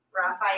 Raphael